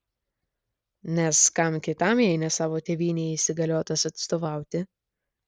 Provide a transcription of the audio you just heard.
nes kam kitam jei ne savo tėvynei jis įgaliotas atstovauti